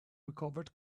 recovered